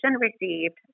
received